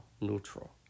neutral